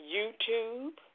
YouTube